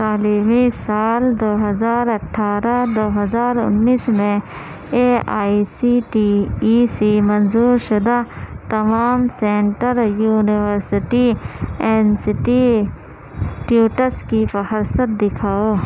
تعلیمی سال دو ہزار اٹھارہ دو ہزار انیس میں A I C T E سے منظورشدہ تمام سینٹر یونیورسٹی انسٹیٹیوٹس کی فہرست دکھاؤ